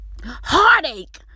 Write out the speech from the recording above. heartache